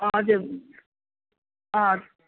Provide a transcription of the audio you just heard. हजुर अँ